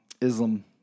Islam